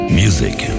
music